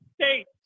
state